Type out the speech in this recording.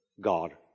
God